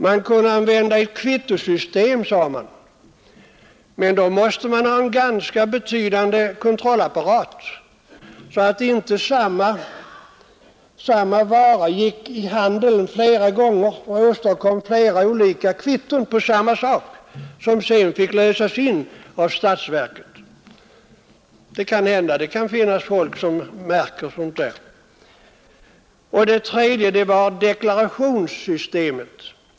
Man kunde använda ett kvittosystem, men då måste man ha en ganska betydande kontrollapparat så att inte samma vara gick i handeln flera gånger med flera olika kvitton som sedan fick lösas in av statsverket. Det kan finnas folk som märker sådant där. Det tredje sättet var deklarationssystemet.